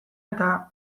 eta